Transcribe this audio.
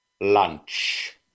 Lunch